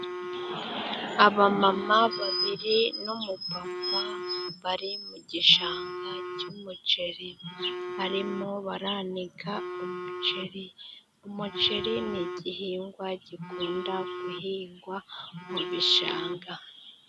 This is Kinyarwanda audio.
Aba mama babiri n'umupapa bari mu gishanga cy'umuceri, barimo baranika umuceri. Umuceri ni igihingwa gikunda guhingwa mu gishanga.